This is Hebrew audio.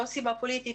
לא סיבה פוליטית.